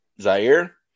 Zaire